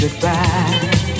goodbye